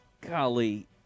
golly